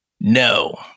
No